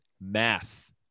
Math